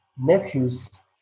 nephews